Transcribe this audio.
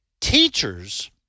Teachers